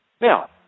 Now